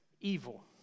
evil